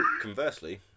conversely